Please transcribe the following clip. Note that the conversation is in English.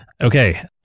Okay